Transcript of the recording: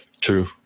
true